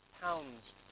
pounds